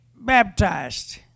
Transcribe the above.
baptized